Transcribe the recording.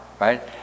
right